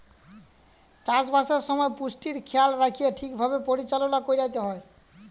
চাষবাসের সময় পুষ্টির খেয়াল রাইখ্যে ঠিকভাবে পরিচাললা ক্যইরতে হ্যয়